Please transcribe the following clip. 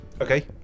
Okay